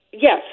Yes